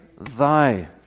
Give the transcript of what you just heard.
Thy